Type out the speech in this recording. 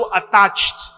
attached